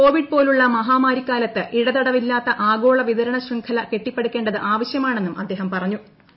Covid പോലുള്ള മഹാമാരിക്കാലത്ത് ഇടതട വില്ലാത്ത ആഗോള വിതരുണ്ട് ശ്യംഖല കെട്ടിപ്പടുക്കേണ്ടത് ആവശ്യ മാണെന്നും അദ്ദേഹം ഫ്ലാണ്ട്തു